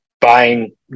buying